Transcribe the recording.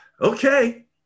Okay